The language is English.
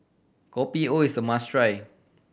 Kopi O is a must try